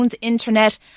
internet